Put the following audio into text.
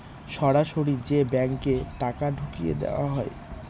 সরাসরি যে ব্যাঙ্কে টাকা ঢুকিয়ে দেওয়া হয়